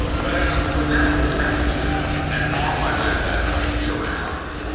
but i couldn't remember the rest of them, and off i went that night to rounds.